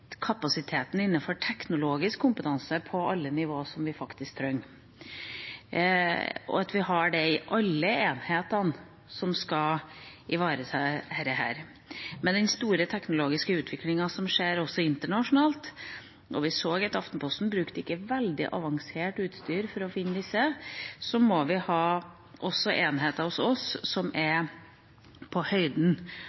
kapasiteten innenfor teknologisk kompetanse på alle nivåer som vi trenger, og at vi har det i alle enhetene som skal ivareta dette. Med den store teknologiske utviklinga som skjer også internasjonalt – vi så at Aftenposten ikke brukte veldig avansert utstyr for å finne disse – må vi ha enheter hos oss som er på høyden,